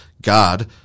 God